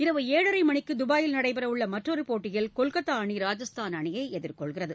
இரவு ஏழரை மணிக்கு துபாயில் நடைபெறவுள்ள மற்றொரு போட்டியில் கொல்கத்தா அணி ராஜஸ்தான் அணியை எதிர்கொள்கிறது